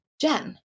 Jen